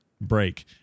break